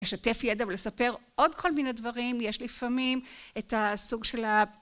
לשתף ידע ולספר עוד כל מיני דברים, יש לפעמים את הסוג של ה...